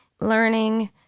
learning